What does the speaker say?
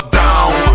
down